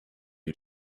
you